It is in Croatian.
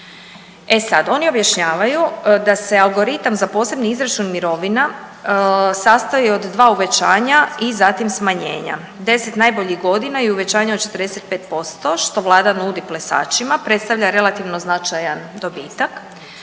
E sad, oni objašnjavaju da se algoritam za posebni izračun mirovina sastoji od dva uvećanja i zatim smanjenja, 10 najboljih godina i uvećanje od 45% što Vlada nudi plesačima predstavlja relativno značajan dobitak,